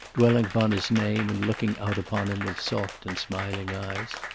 dwelling upon his name and looking out upon him with soft and smiling eyes.